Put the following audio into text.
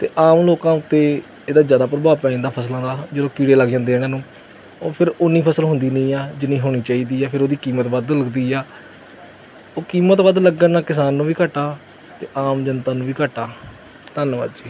ਤੇ ਆਮ ਲੋਕਾਂ ਉੱਤੇ ਇਹਦਾ ਜਿਆਦਾ ਪ੍ਰਭਾਵ ਪੈ ਜਾਂਦਾ ਫਸਲਾਂ ਦਾ ਜਦੋਂ ਕੀੜੇ ਲੱਗ ਜਾਂਦੇ ਇਹਨਾਂ ਨੂੰ ਉਹ ਫਿਰ ਉਨੀ ਫਸਲ ਹੁੰਦੀ ਨਹੀਂ ਆ ਜਿੰਨੀ ਹੋਣੀ ਚਾਹੀਦੀ ਆ ਫਿਰ ਉਹਦੀ ਕੀਮਤ ਵੱਧ ਲੱਗਦੀ ਆ ਉਹ ਕੀਮਤ ਵੱਧ ਲੱਗਣ ਨਾਲ ਕਿਸਾਨ ਨੂੰ ਵੀ ਘੱਟਾ ਤੇ ਆਮ ਜਨਤਾ ਨੂੰ ਵੀ ਘਾਟਾ ਧੰਨਵਾਦ ਜੀ